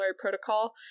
protocol